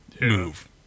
move